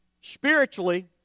spiritually